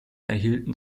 erhielten